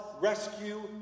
rescue